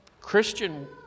Christian